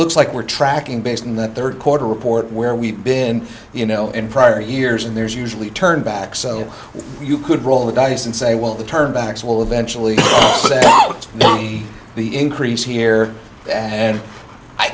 looks like we're tracking based on that third quarter report where we've been you know in prior years and there's usually turn back so you could roll the dice and say well the turn backs will eventually lead to the increase here and i